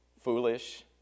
foolish